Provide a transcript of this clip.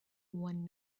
one